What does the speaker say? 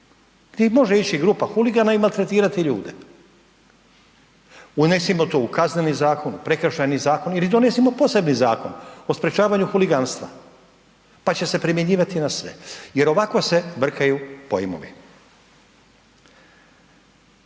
gdje može ići grupa huligana i maltretirati ljude. Unesimo to u Kazneni zakon, Prekršajni zakon ili donesimo poseban zakon o sprečavanju huliganstva pa će se primjenjivati na sve jer ovako se brkaju pojmovi.